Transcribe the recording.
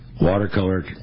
watercolor